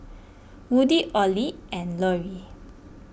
Woody Ollie and Loree